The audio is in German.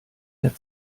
der